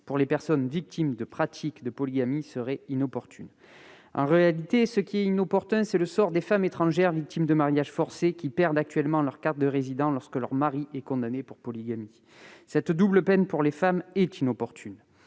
pour les personnes victimes de pratiques de polygamie serait inopportun. En réalité, ce qui est inopportun, c'est le sort des femmes étrangères victimes de mariages forcés, qui perdent actuellement leur carte de résident lorsque leur mari est condamné pour polygamie. Cette double peine des femmes est inopportune.